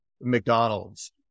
McDonald's